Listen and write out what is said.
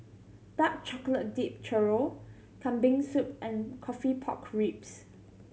dark chocolate dip churro Kambing Soup and coffee pork ribs